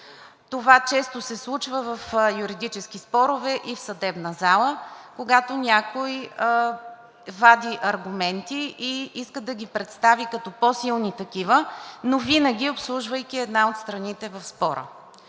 Това често се случва в юридически спорове и в съдебната зала, когато някой вади аргументи и иска да ги представи, като по-силни такива, но винаги обслужвайки една от страните в спора.